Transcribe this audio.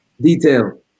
Detail